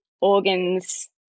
organs